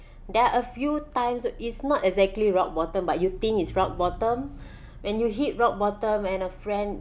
there're a few times is not exactly rock bottom but you think is rock bottom when you hit rock bottom and a friend